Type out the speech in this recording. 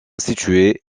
située